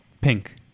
Pink